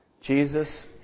Jesus